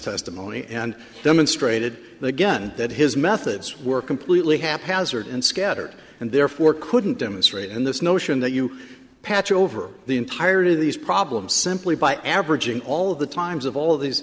testimony and demonstrated again that his methods were completely haphazard and scattered and therefore couldn't demonstrate and this notion that you patch over the entirety of these problems simply by averaging all of the times of all of these